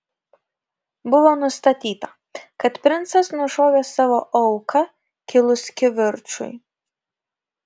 buvo nustatyta kad princas nušovė savo auką kilus kivirčui